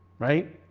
right?